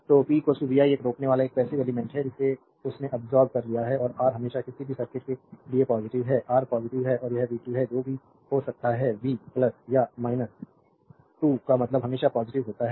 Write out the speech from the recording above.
तो p vi एक रोकनेवाला एक पैसिव एलिमेंट्स है जिसे उसने अब्सोर्बेद कर लिया है और R हमेशा किसी भी सर्किट के लिए पॉजिटिव है R पॉजिटिव है और यह v2 है जो भी हो सकता है v या 2 का मतलब हमेशा पॉजिटिव होता है